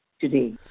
today